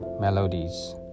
melodies